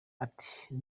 ati